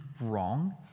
wrong